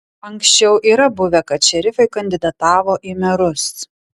anksčiau yra buvę kad šerifai kandidatavo į merus